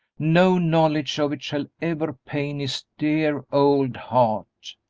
no knowledge of it shall ever pain his dear old heart!